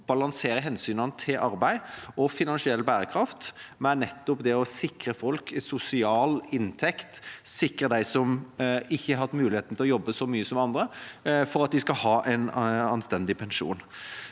balansere hensynene til arbeid og finansiell bærekraft med nettopp det å sikre folk en sosial inntekt, sikre dem som ikke har hatt muligheten til å jobbe så mye som andre, for at de skal ha en anstendig pensjon.